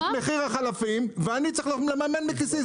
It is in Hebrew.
את מחיר החלפים ואני צריך לממן מכיסי,